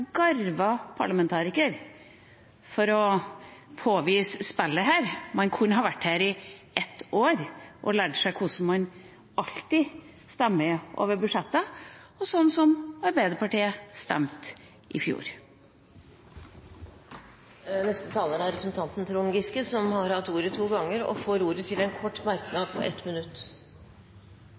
garva parlamentariker for å påvise spillet her. Man kunne ha vært her i ett år og lært seg hvordan man alltid stemmer over budsjettet – og sånn som Arbeiderpartiet stemte i fjor. Representanten Trond Giske har hatt ordet to ganger tidligere og får ordet til en kort merknad, begrenset til 1 minutt.